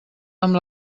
amb